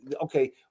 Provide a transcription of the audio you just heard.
Okay